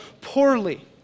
poorly